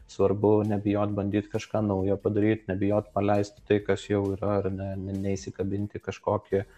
svarbu nebijot bandyt kažką naujo padaryt nebijot paleisti tai kas jau yra ar ne neįsikabint į kažkokį